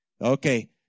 Okay